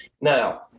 now